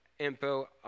info